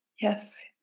Yes